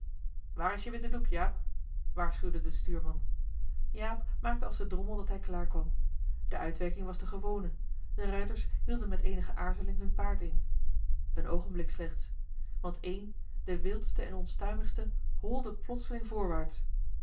waar is je witte doek jaap waarschuwde de stuurman jaap maakte als de drommel dat hij klaar kwam de uitwerking was de gewone de ruiters hielden met eenige aarzeling hun paard in een oogenblik slechts want een de wildste en onstuimigste holde plotseling voorwaarts